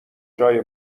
جای